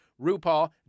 RuPaul